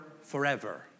forever